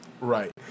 Right